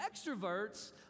extroverts